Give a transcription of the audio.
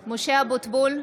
אבוטבול,